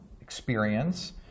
experience